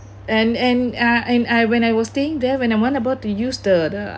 and and uh and I when I was staying there when I'm about to use the the